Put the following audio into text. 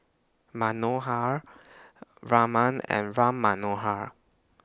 Manohar Raman and Ram Manohar